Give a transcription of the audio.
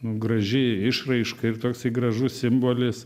graži išraiška ir toksai gražus simbolis